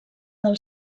del